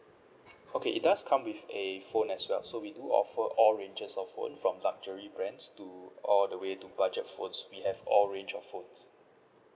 okay it does come with a phone as well so we do offer all ranges of phone from luxury brands to all the way to budget phones we have all range of phones